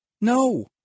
No